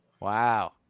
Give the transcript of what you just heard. Wow